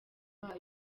bayo